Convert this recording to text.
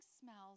smells